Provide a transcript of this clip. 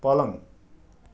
पलङ